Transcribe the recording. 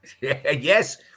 Yes